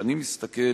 כשאני מסתכל